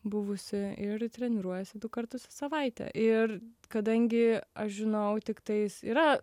buvusioj ir treniruojasi du kartus į savaitę ir kadangi aš žinau tiktais yra